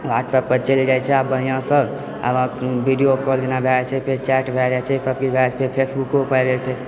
WhatsApp पर चलि जाय छै आब बढ़िआँसँ आब कोनो विडियो कॉल जेना भए जाइत छै फेर चैट भए जाइत छै सबकिछु भए जाय छै फेसबुको पर भए जाइत छै